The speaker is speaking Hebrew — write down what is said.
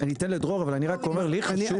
אבל אני רק אומר שלי חשוב,